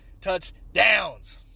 touchdowns